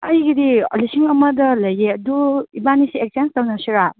ꯑꯩꯒꯤꯗꯤ ꯂꯤꯁꯤꯡ ꯑꯃꯗ ꯂꯩꯌꯦ ꯑꯗꯨ ꯏꯕꯥꯟꯅꯤꯁꯦ ꯑꯦꯛꯆꯦꯟꯁ ꯇꯧꯅꯁꯤꯔꯥ